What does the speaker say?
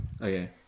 Okay